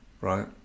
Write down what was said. right